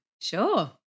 Sure